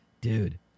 dude